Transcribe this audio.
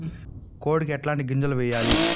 కోడికి ఎట్లాంటి గింజలు వేయాలి?